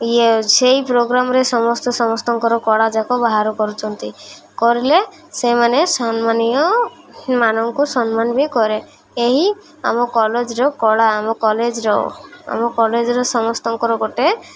ଇଏ ସେଇ ପ୍ରୋଗ୍ରାମରେ ସମସ୍ତେ ସମସ୍ତଙ୍କର କଳା ଯାକ ବାହାର କରୁଛନ୍ତି କରିଲେ ସେମାନେ ସମ୍ମାନୀୟମାନଙ୍କୁ ସମ୍ମାନ ବି କରେ ଏହି ଆମ କଲେଜର କଳା ଆମ କଲେଜର ଆମ କଲେଜର ସମସ୍ତଙ୍କର ଗୋଟେ